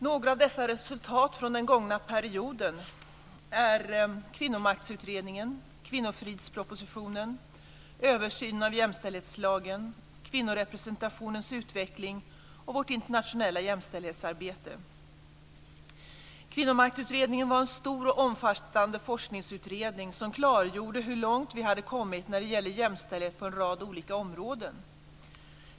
Några av dessa resultat från den gångna perioden är Kvinnomaktutredningen, kvinnofridspropositionen, översynen av jämställdhetslagen, kvinnorepresentationens utveckling och vårt internationella jämställdhetsarbete. Kvinnomaktutredningen var en stor och omfattande forskningsutredning som klargjorde hur långt vi hade kommit när det gäller jämställdhet på en rad olika områden.